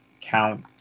count